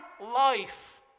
life